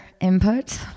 input